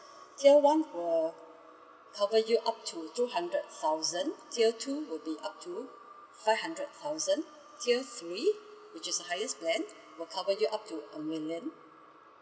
tier one will cover you up to two hundred thousand tier two will be up to five hundred thousand tier three which is the higher plan will cover you up to a million